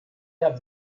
der